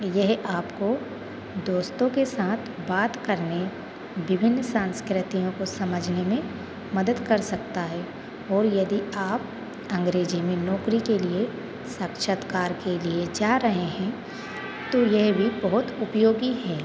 यह आपको दोस्तों के साथ बात करने विभिन्न संस्कृतियों को समझने में मदद कर सकता है और यदि आप अंग्रेजी में नौकरी के लिए साक्षात्कार के लिए जा रहे हैं तो यह भी बहुत उपयोगी है